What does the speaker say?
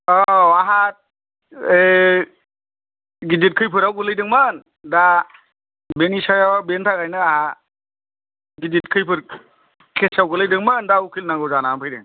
औ आंहा ए गेदेर खैफोदाव गोग्लैदोंमोन दा बेनि सायाव बेनि थाखायनो आंहा गेदेर खैफोद केस आव गोग्लैदोंमोन दा उकिल नांगौ जानानै फैदों